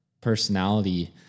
personality